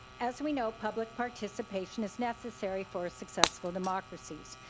as we know, public participation is necessary for a successful democracies.